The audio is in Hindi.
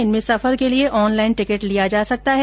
इनमें सफर के लिए ऑनलाइन टिकिट लिया जा सकता है